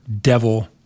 devil